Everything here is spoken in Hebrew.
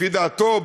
לפי דעתו,